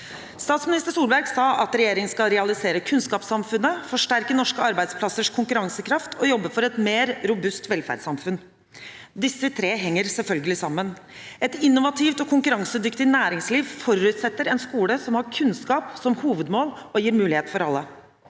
Statsminister Solberg sa at regjeringen skal realisere kunnskapssamfunnet, forsterke norske arbeidsplassers konkurransekraft og jobbe for et mer robust velferdssamfunn. Disse tre henger selvfølgelig sammen. Et innovativt og konkurransedyktig næringsliv forutsetter en skole som har kunnskap som hovedmål, og gir muligheter for alle.